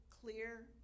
clear